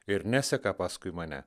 ir neseka paskui mane